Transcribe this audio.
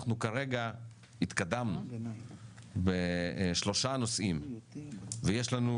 אנחנו כרגע התקדמנו בשלושה נושאים ויש לנו,